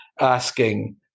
asking